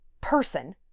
person